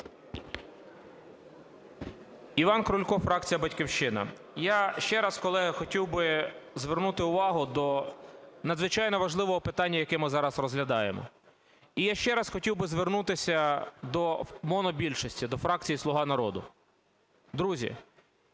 Іван Крулько, фракція "Батьківщина". Я ще раз, колеги, хотів би звернути увагу до надзвичайно важливого питання, яке ми зараз розглядаємо. І я ще раз хотів би звернутися до монобільшості, до фракції "Слуга народу". Друзі,